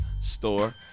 store